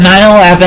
9-11